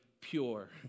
pure